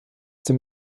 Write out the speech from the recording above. dem